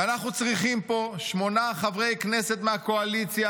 ואנחנו צריכים פה שמונה חברי כנסת מהקואליציה